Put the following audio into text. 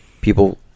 People